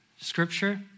scripture